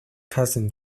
cousin